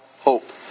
hope